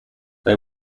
they